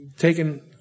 taken